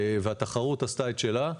והתחרות עשתה את שלה.